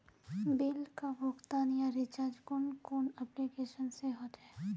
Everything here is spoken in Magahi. बिल का भुगतान या रिचार्ज कुन कुन एप्लिकेशन से होचे?